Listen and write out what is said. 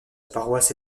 paroisse